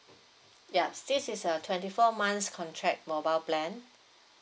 ya s~ this is a twenty four months contract mobile plan